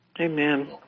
Amen